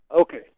Okay